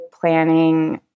planning